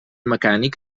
mecànic